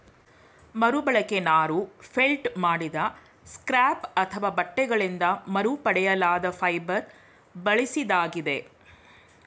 ಮರುಬಳಕೆ ನಾರು ಫೆಲ್ಟ್ ಮಾಡಿದ ಸ್ಕ್ರ್ಯಾಪ್ ಅಥವಾ ಬಟ್ಟೆಗಳಿಂದ ಮರುಪಡೆಯಲಾದ ಫೈಬರ್ ಬಳಸಿದಾಗಿದೆ